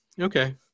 Okay